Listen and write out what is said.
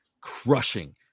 crushing